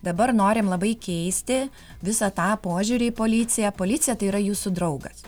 dabar norim labai keisti visą tą požiūrį į policiją policija tai yra jūsų draugas